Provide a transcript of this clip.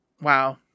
wow